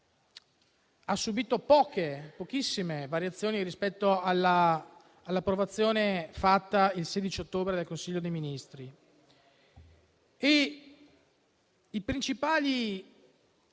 ha subito pochissime variazioni rispetto all'approvazione fatta il 16 ottobre nel Consiglio dei ministri. I principali